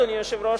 אדוני היושב-ראש,